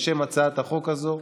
חבר הכנסת ינון אזולאי,